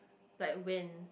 like when